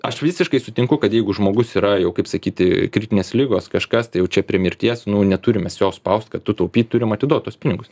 aš visiškai sutinku kad jeigu žmogus yra jau kaip sakyti kritinės ligos kažkas tai jau čia prie mirties nu neturim mes jo spaust kad tu taupyt turim atiduot tuos pinigus